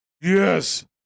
Yes